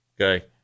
okay